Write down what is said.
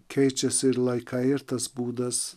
keičiasi laikai ir tas būdas